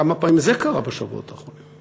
כמה פעמים זה קרה בשבועות האחרונים?